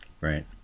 Right